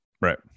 right